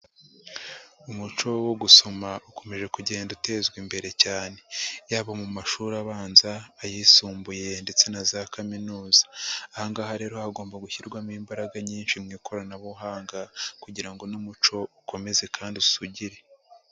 Umuco wo gusoma ukomeje kugenda utezwa imbere cyane yaba mu mashuri abanza ayisumbuye ndetse na za kaminuza, aha ngaha rero hagomba gushyirwamo imbaraga nyinshi mu ikoranabuhanga kugira ngo n'umuco ukomeze kandi usugire.